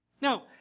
Now